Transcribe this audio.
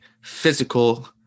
physical